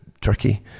Turkey